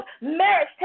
marriage